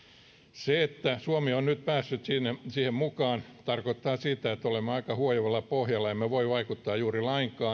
se että suomi on nyt päässyt siihen mukaan tarkoittaa sitä että olemme aika huojuvalla pohjalla ja emme voi vaikuttaa juuri